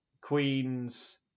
Queen's